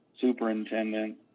superintendent